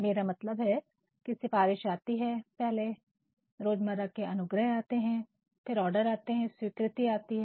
मेरा मतलब है सिफारिश आती है पहले रोज़मर्रा के अनुग्रह आते हैं फिर आर्डर आते हैं स्वीकृति आती है